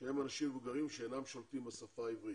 שהם אנשים מבוגרים שאינם שולטים בשפה העברית.